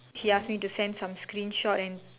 he ask me to send some screenshot and